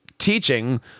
teaching